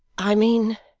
i mean,